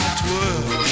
twirl